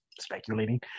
speculating